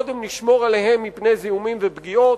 קודם נשמור עליהם מפני זיהומים ופגיעות,